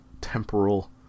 temporal